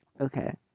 Okay